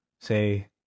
say